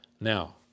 Now